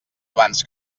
abans